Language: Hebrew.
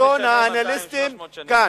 בזמן שלטון ההלניסטים כאן,